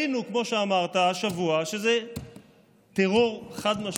כמו שאמרת, ראינו השבוע שזה טרור חד-משמעי.